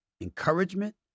Encouragement